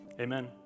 Amen